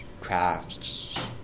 crafts